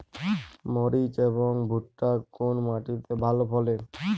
মরিচ এবং ভুট্টা কোন মাটি তে ভালো ফলে?